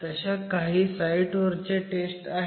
तशा काही साईट वरच्या टेस्ट आहेत